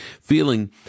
feeling